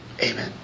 Amen